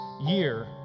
year